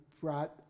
brought